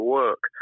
work